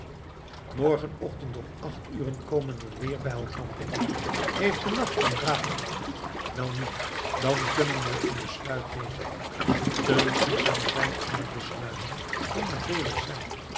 morgen ochtend om acht uren komen we weer bij elkander heeft de nacht dan raad gebracht welnu dan kunnen we een besluit nemen te langzaam zijn in het besluiten kan nadeelig zijn